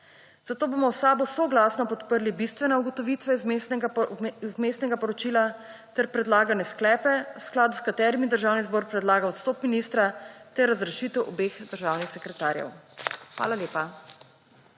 Zato bomo v SAB soglasno podprli bistvene ugotovitve Vmesnega poročila ter predlagane sklepe, v skladu s katerimi Državni zbor predlaga odstop ministra ter razrešitev obeh državnih sekretarjev. Hvala lepa.